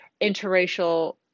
interracial